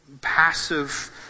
passive